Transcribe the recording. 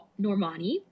Normani